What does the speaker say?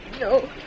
No